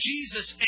Jesus